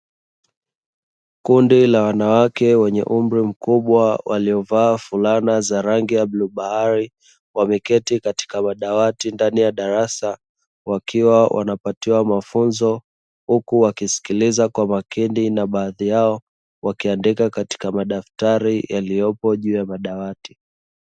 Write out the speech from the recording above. Kundi la wanawake wenye umri kubwa, walioavaa fulana za rangi ya bluu bahari, wameketi katika madawati ndani ya darasa wakiwa wanapatiwa mafunzo, huku wakisikiliza kwa makini, na baadhi yao wakiandika katika madaftari yaliyopo juu ya madawati.